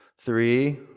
Three